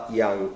yang